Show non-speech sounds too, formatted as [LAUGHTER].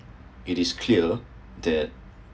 it is clear that [BREATH]